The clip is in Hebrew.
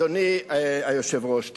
אדוני היושב-ראש,